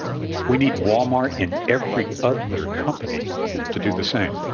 we need wal-mart and every other company to do the same.